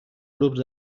grups